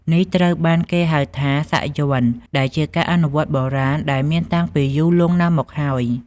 នេះត្រូវបានគេហៅថា សាក់យ័ន្ត ដែលជាការអនុវត្តបុរាណដែលមានតាំងពីយូរលង់ណាស់មកហើយ។